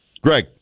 Greg